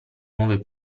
nuove